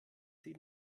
sie